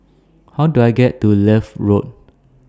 How Do I get to Leith Road